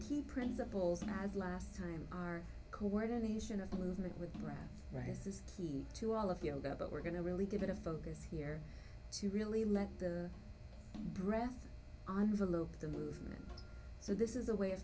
key principles as last time are coordination of the movement with brown rice is key to all of yoga but we're going to really give it a focus here to really let the breath on the loop the movement so this is a way of